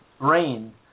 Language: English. brain